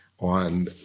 on